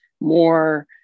more